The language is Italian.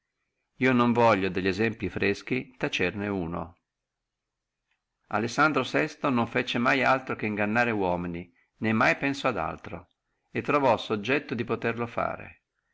io non voglio delli esempli freschi tacerne uno lessandro e non fece mai altro non pensò mai ad altro che ad ingannare uomini e sempre trovò subietto da poterlo fare